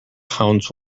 pounds